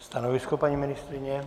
Stanovisko paní ministryně?